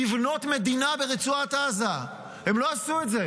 לבנות מדינה ברצועת עזה, הם לא עשו את זה.